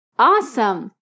Awesome